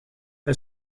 hij